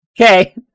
Okay